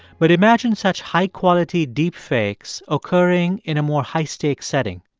but imagine such high-quality deepfakes occurring in a more high-stakes setting.